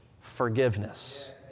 forgiveness